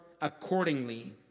accordingly